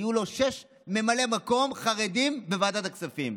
היו שישה ממלאי מקום חרדים בוועדת הכספים,